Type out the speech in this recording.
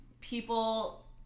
people